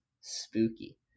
spooky